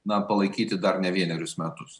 na palaikyti dar ne vienerius metus